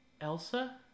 Elsa